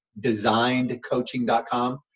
designedcoaching.com